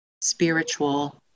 spiritual